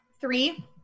Three